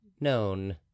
known